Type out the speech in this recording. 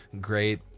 great